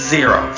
Zero